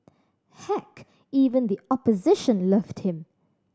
heck even the opposition loved him